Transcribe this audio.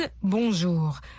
bonjour